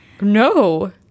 no